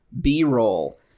B-roll